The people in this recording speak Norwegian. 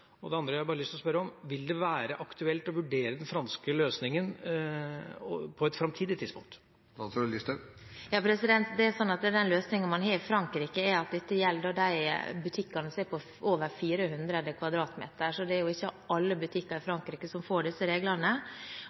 Det andre jeg har lyst å spørre om, er: Vil det være aktuelt å vurdere den franske løsningen på et framtidig tidspunkt? Den løsningen man har i Frankrike, er at dette gjelder de butikkene som er på over 400 m2, så det er ikke alle butikker i Frankrike som får disse reglene.